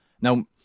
now